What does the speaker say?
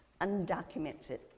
undocumented